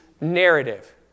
narrative